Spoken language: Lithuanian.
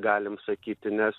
galim sakyti nes